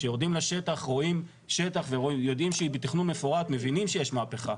כשיורדים לשטח רואים שטח ויודעים שהוא בתכנון מפורט מבינים שיש מהפכה.